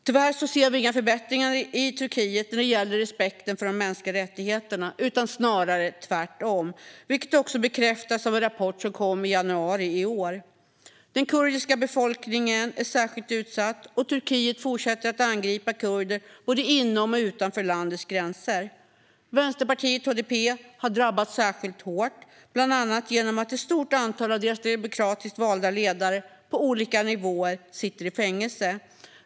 Tyvärr ser vi ingen förbättring i Turkiet när det gäller respekten för de mänskliga rättigheterna utan snarare motsatsen, vilket också bekräftas av en rapport som kom i januari i år. Den kurdiska befolkningen är särskilt utsatt. Turkiet fortsätter att angripa kurder både inom och utanför landets gränser. Vänsterpartiet HDP har drabbats särskilt hårt, bland annat genom att ett stort antal av dess demokratiskt valda ledare på olika nivåer sitter i fängelse.